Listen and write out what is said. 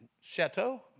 Chateau